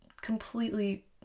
completely